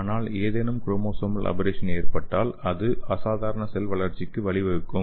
ஆனால் ஏதேனும் chromosomal aberration எற்பட்டால் அது அசாதாரண செல் வளர்ச்சிக்கு வழிவகுக்கும்